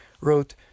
wrote